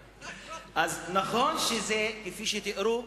נכון שזה כפי שתיארו,